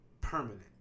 permanent